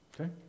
Okay